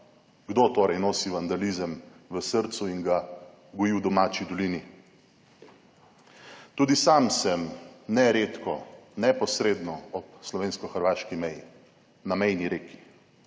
Kdo torej nosi vandalizem v srcu in ga goji v domači dolini? Tudi sam sem neredko neposredno ob slovensko-hrvaški meji, na mejni reki,